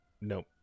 Nope